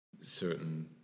certain